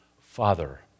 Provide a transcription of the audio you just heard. Father